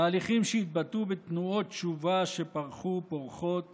תהליכים שהתבטאו בתנועות תשובה שפרחו ופורחות